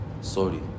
Sorry